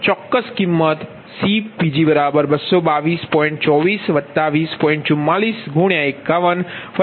ચોક્કસ કિંમત CPg51222